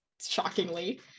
shockingly